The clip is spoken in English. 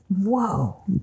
Whoa